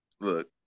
look